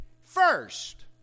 first